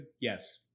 Yes